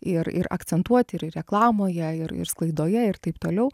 ir ir akcentuoti ir reklamoje ir ir sklaidoje ir taip toliau